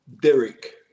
Derek